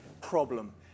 problem